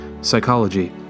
psychology